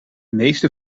meeste